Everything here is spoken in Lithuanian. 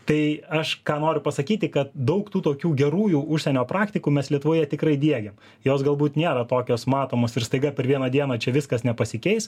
tai aš ką noriu pasakyti kad daug tų tokių gerųjų užsienio praktikų mes lietuvoje tikrai diegiam jos galbūt nėra tokios matomos ir staiga per vieną dieną čia viskas nepasikeis